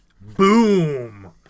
Boom